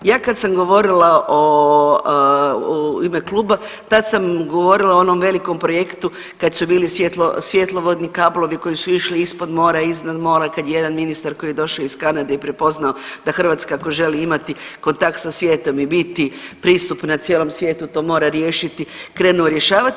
Ja kad sam govorila u ime kluba tad sam govorila o onom velikom projektu kad su bili svjetlovodni kablovi koji su išli ispod mora, iznad mora, kad je jedan ministar koji je došao iz Kanade i prepoznao da Hrvatska ako želi imati kontakt sa svijetom i biti pristup na cijelom svijetu to mora riješiti, krenuo rješavati.